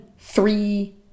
three